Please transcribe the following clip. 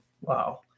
Wow